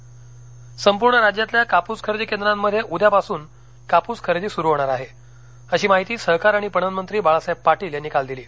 कापस खरेदी संपूर्ण राज्यातल्या कापूस खरेदी केंद्रामध्ये उद्या पासून कापूस खरेदी सुरू होणार आहे अशी माहिती सहकार आणि पणन मंत्री बाळासाहेब पाटील यांनी काल दिली